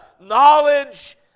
knowledge